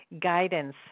guidance